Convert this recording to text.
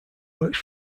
works